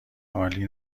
عالی